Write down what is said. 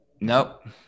Nope